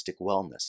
Wellness